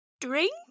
drink